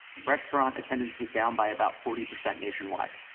restaurant attendance was down by about forty percent nationwide.